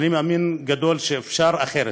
אני מאמין גדול שאפשר אחרת,